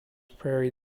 prairie